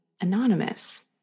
anonymous